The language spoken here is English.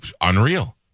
unreal